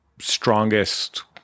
strongest